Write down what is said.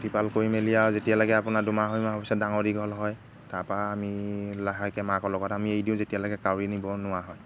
প্ৰতিপাল কৰি মেলি আৰু যেতিয়ালৈকে আপোনাৰ দুমাহ আঢ়ৈমাহ পিছত ডাঙৰ দীঘল হয় তাৰপৰা আমি লাহেকৈ মাকৰ লগত আমি এৰি দিওঁ যেতিয়ালৈকে কাউৰীয়ে নিব নোৱাৰা হয়